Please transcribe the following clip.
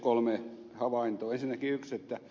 kolme havaintoa